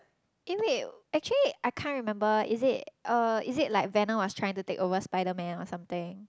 eh wait actually I can't remember is it uh is it like venom was trying to take over Spiderman or something